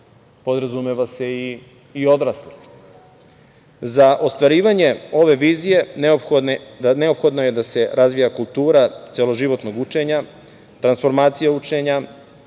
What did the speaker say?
podrazumeva se i odraslih. Za ostvarivanje ove vizije neophodno je da se razvija kultura celoživotnog učenja, transformacija učenja,